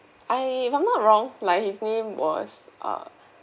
I if I'm not wrong like his name was uh